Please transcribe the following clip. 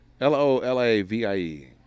L-O-L-A-V-I-E